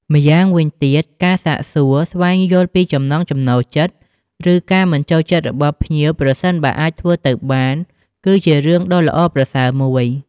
ម្យ៉ាងវិញទៀតការសាកសួរ ស្វែងយល់ពីចំណង់ចំណូលចិត្ត ឬការមិនចូលចិត្តរបស់ភ្ញៀវ ប្រសិនបើអាចធ្វើទៅបាន គឺជារឿងដ៏ល្អប្រសើរមួយ។